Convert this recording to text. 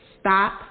Stop